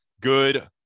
good